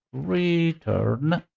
return